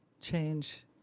change